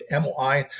MOI